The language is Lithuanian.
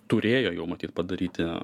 turėjo jau matyt padaryti